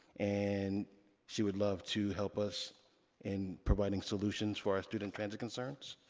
and she would love to help us in providing solutions for our student transit concerns.